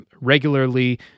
regularly